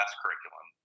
curriculum